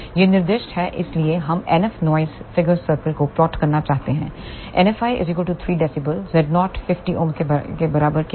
ये निर्दिष्ट हैं इसलिए हम NF नॉइस फिगर सर्कल को प्लॉट करना चाहते हैं NFi 3 db Z0 50 Ω के लिए